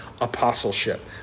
apostleship